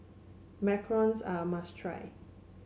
Macarons are must try